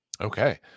okay